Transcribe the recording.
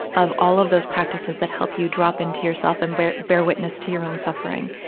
of all of those practices that help you drop into yourself and bear, bear witness to your own suffering.